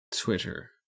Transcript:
Twitter